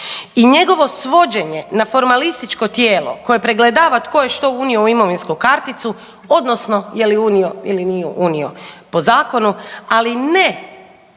i njegovo svođenje na formalističko tijelo koje pregledava tko je što unio u imovinsku karticu odnosno je li unio ili nije unio po zakonu, ali ne